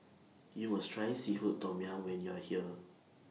YOU must Try Seafood Tom Yum when YOU Are here